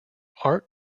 art